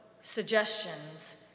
suggestions